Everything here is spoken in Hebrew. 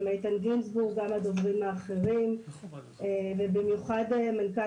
גם חבר הכנסת גינזבורג וגם הדוברים האחרים ובמיוחד מנכ"ל